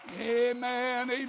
Amen